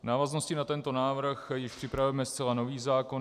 V návaznosti na tento návrh již připravujeme zcela nový zákon.